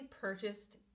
purchased